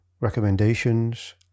recommendations